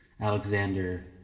Alexander